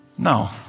No